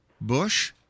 Bush